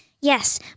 Yes